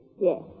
Yes